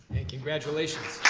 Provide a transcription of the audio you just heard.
congratulations.